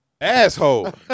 Asshole